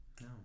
No